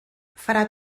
farà